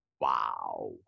wow